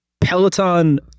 Peloton